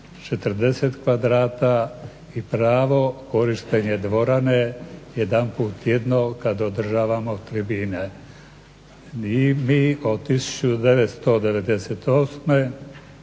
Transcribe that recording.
40 kvadrata i pravo korištenja dvorane jedanput tjedno kad održavamo tribine. I mi od 1998.